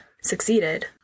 succeeded